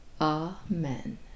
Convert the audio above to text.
Amen